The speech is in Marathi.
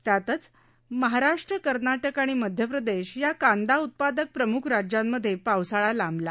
त्यातच महाराष्ट्र कर्नाटक आणि मध्य प्रदेश या कांदाउत्पादक प्रमुख राज्यांमधे पावसाळा लांबला